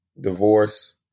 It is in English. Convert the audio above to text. divorce